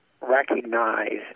recognize